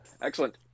Excellent